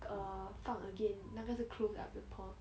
err 放 again 那个是 close up the pores